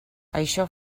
això